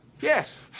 Yes